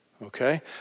Okay